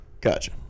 Gotcha